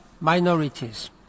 minorities